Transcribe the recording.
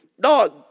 dog